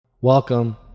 Welcome